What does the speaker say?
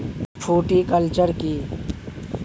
Fruticulture কী?